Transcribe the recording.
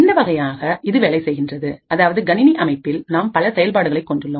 இந்த வகையாக இது வேலை செய்கின்றது அதாவது கணினி அமைப்பில் நாம் பல செயல்பாடுகளை கொண்டுள்ளோம்